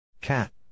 Cat